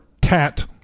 TAT